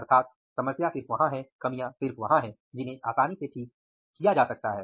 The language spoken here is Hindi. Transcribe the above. अर्थात समस्या सिर्फ वहां है कमियां सिर्फ वहा हैं जिन्हें आसानी से ठीक किया जा सकता है